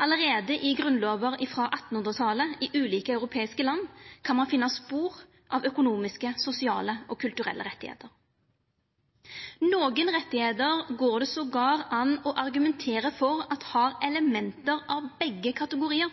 Allereie i grunnlovar frå 1800-talet i ulike europeiske land kan ein finna spor av økonomiske, sosiale og kulturelle rettar. Nokon rettar går det attpåtil an å argumentera for at har element av begge kategoriar.